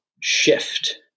shift